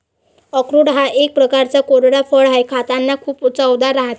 अक्रोड हा एक प्रकारचा कोरडा फळ आहे, खातांना खूप चवदार राहते